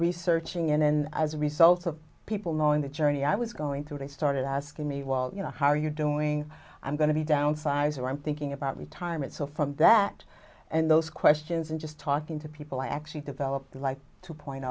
researching and then as a result of people knowing the journey i was going through they started asking me well you know how are you doing i'm going to be downsized or i'm thinking about retirement so from that and those questions and just talking to people i actually developed a life two point